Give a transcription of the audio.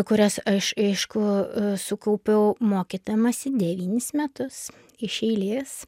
kurias aš aišku sukaupiau mokydamasi devynis metus iš eilės